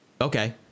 okay